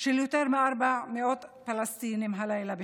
של יותר מ-400 פלסטינים הלילה בחווארה.